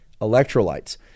electrolytes